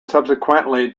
subsequently